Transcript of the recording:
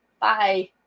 Bye